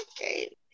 okay